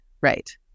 right